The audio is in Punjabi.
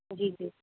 ਜੀ ਜੀ